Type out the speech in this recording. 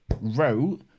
wrote